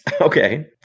Okay